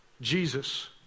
Jesus